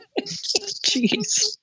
Jeez